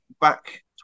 back